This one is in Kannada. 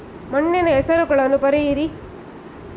ಮಣ್ಣಿನ ಹೆಸರುಗಳನ್ನು ಬರೆಯಿರಿ